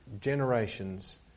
generations